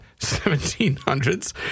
1700s